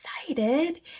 excited